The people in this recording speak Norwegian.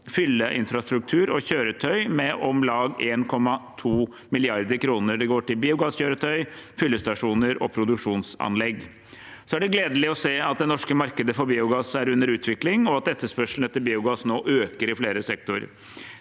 fylleinfrastruktur og kjøretøy med om lag 1,2 mrd. kr. Det går til biogasskjøretøy, fyllestasjoner og produksjonsanlegg. Det er gledelig å se at det norske markedet for biogass er under utvikling, og at etterspørselen etter biogass nå øker i flere sektorer.